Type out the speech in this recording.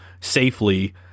safely